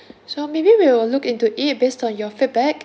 so maybe we will look into it based on your feedback